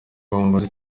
bamubaze